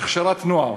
הכשרת נוער,